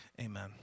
Amen